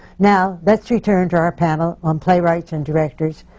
now, let's return to our panel on playwrights and directors,